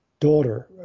daughter